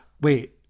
Wait